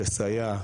לסייע,